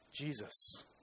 Jesus